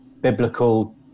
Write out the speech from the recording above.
biblical